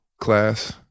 class